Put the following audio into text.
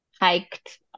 hiked